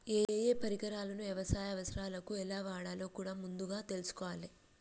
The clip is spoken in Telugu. ఏయే పరికరాలను యవసాయ అవసరాలకు ఎలా వాడాలో కూడా ముందుగా తెల్సుకోవాలే